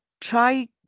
try